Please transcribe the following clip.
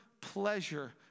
pleasure